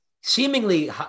seemingly